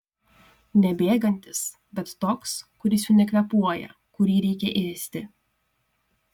ne bėgantis bet toks kuris jau nekvėpuoja kurį reikia ėsti